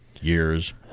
years